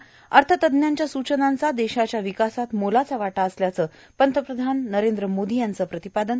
त अर्थतज्ज्ञांच्या सूचनांचा देशाच्या विकासात मोलाचा वाटा असल्याचं पंतप्रधान नरेंद्र मोदी यांचं प्रतिपादन